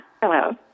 hello